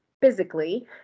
physically